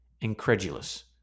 incredulous